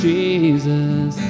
Jesus